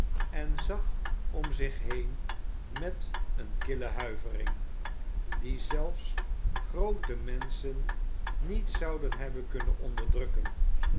en zag om zich heen met eene kille huivering die zelfs groote menschen niet zouden hebben kunnen onderdrukken